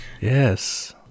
Yes